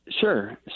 Sure